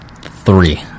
three